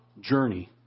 journey